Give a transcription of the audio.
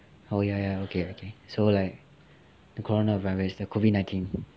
oh ya ya okay okay so like the coronavirus the COVID nineteen